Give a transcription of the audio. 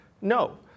No